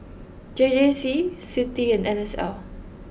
J J C Citi and N S L